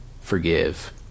forgive